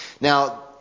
Now